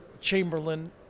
Chamberlain